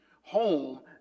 home